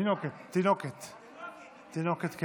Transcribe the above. תינוקת, תינוקת.